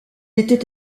était